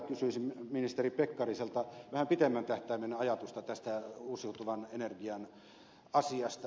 kysyisin ministeri pekkariselta vähän pitemmän tähtäimen ajatusta tästä uusiutuvan energian asiasta